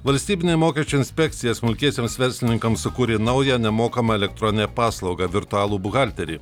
valstybinė mokesčių inspekcija smulkiesiems verslininkams sukūrė naują nemokamą elektronę paslaugą virtualų buhalterį